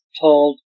told